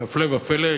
הפלא ופלא,